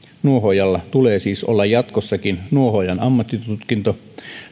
nuohoojalla tulee siis olla jatkossakin nuohoojan ammattitutkinto